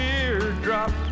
teardrops